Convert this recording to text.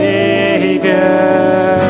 Savior